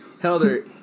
Helder